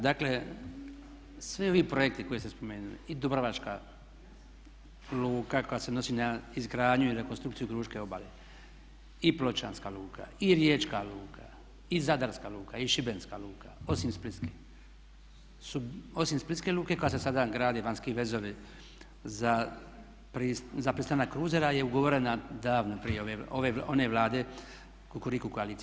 Dakle, svi ovi projekti koje ste spomenuli i Dubrovačka luka koja se odnosi na izgradnju i rekonstrukciju dubrovačke obale, i Pločanska luka, i Riječka luka, i Zadarska luka i Šibenska luka osim Splitske luke koja se sada gradi vanjski vezovi za pristanak kruzera je ugovorena davno prije one Vlade Kukuriku koalicije.